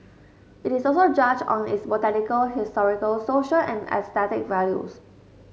it is also judged on its botanical historical social and aesthetic values